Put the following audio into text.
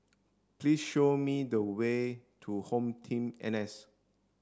please show me the way to HomeTeam N S